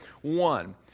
one